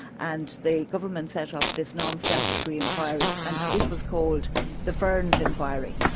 and the government set up this nonstatutory inquiry and it was called the ferns inquiry,